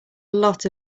lot